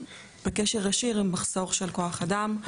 בקשר ישיר עם מחסור של כוח אדם.